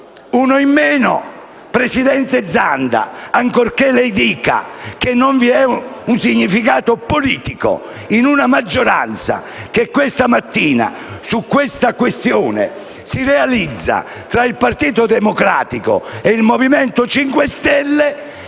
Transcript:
Presidente Zanda, ancorché lei dica che non vi è un significato politico in una maggioranza, che questa mattina, su tale questione, si realizza tra il Partito Democratico e il Movimento 5 Stelle,